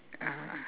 uh